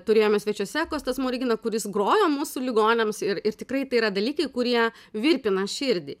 turėjome svečiuose kostą smoriginą kuris grojo mūsų ligoniams ir ir tikrai tai yra dalykai kurie virpina širdį